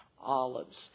Olives